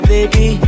Baby